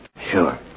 Sure